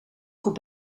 goed